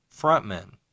frontmen